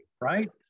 right